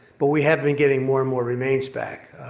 but we have been getting more and more remains back.